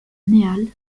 neal